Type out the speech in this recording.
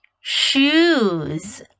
shoes